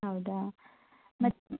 ಹೌದಾ ಮತ್ತೆ